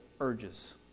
urges